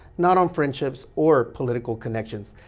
not on friendships or political connections.